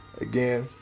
Again